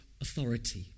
authority